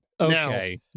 Okay